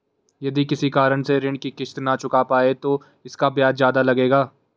यदि किसी कारण से ऋण की किश्त न चुका पाये तो इसका ब्याज ज़्यादा लगेगा?